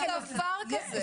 אין דבר כזה.